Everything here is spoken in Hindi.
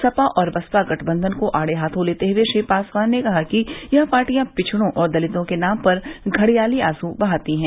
सपा और बसपा गठबंधन को आड़े हाथों लेते हुए श्री पासवान ने कहा कि यह पार्टियां पिछड़ों और दलितों के नाम पर घड़ियाली आंसू बहाती हैं